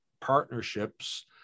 partnerships